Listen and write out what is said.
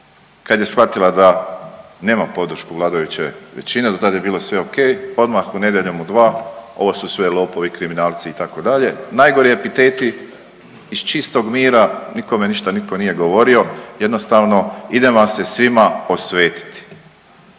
kad je shvatila da nema podršku vladajuće većine, do tad je bilo sve okej, odmah u Nedjeljom u 2, ovo su sve lopovi, kriminalci, itd., najgori epiteti iz čistog mira, nikome ništa nitko nije govorio, jednostavno idem vam se svima osvetiti.